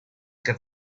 get